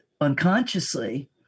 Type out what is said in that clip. unconsciously